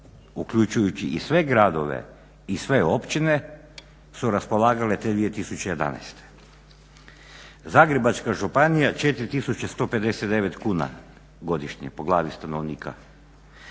uključujući i sve gradove i sve općine su raspolagale te 2011. Zagrebačka županija 4159 kuna godišnje po glavi stanovnika.